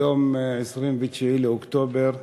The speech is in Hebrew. היום, 29 באוקטובר,